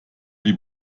die